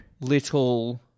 little